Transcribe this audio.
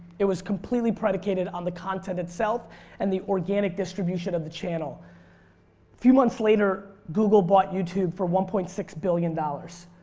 it was completely predicated on the content itself and the organic distribution of the channel. a few months later google bought youtube for one point six billion dollars.